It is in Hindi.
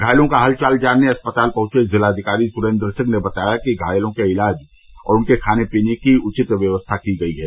घायलों का हाल चाल जानने अस्पताल पहुंचे जिलाधिकारी सुरेन्द्र सिंह ने बताया कि घायलों के इलाज और उनके खाने पीने की उवित व्यवस्था की गई है